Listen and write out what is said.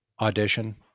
audition